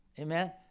Amen